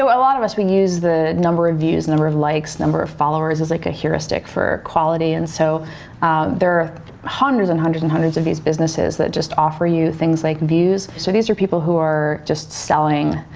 so a lot of us, we use the number of views, number of likes, number of followers as like a hero stick for quality, and so there hundreds and hundreds and hundreds of these businesses that just offer you things like views. so these are people who are just selling,